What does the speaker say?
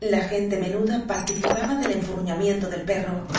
la gente menuda participaba del enfurruñamiento del perro